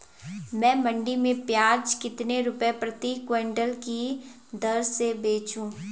मैं मंडी में प्याज कितने रुपये प्रति क्विंटल की दर से बेचूं?